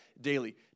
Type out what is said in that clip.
daily